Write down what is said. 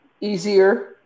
easier